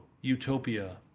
Utopia